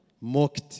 mocked